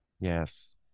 Yes